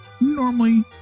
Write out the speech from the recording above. normally